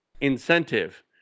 incentive